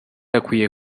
akwiye